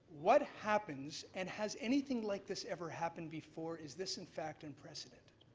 what happens and has anything like this ever happened before? is this in fact unprecedented?